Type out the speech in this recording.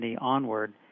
onward